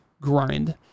grind